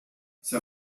esa